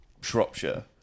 Shropshire